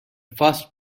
first